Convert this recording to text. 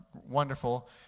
wonderful